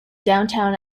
downtown